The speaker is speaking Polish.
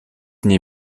nie